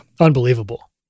Unbelievable